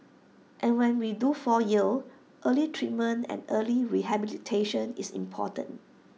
and when we do fall ill early treatment and early rehabilitation is important